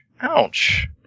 Ouch